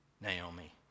Naomi